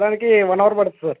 దానికి one hour పడుతుంది sir